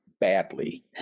badly